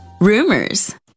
rumors